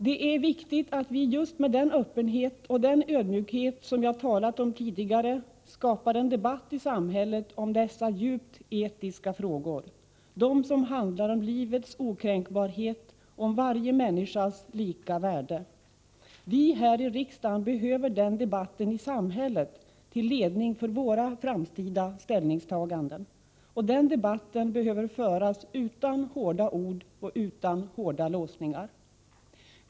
Det är viktigt att vi just med den öppenhet och den ödmjukhet som jag talat om tidigare skapar en debatt i samhället om dessa djupt etiska frågor, de som handlar om livets okränkbarhet och om varje människas lika värde. Vi här i riksdagen behöver den debatten i samhället till ledning för våra framtida ställningstaganden. Och den debatten behöver föras utan hårda ord och utan hårda låsningar.